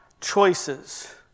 choices